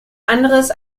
anderes